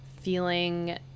feeling